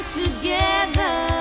together